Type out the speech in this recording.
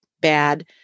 bad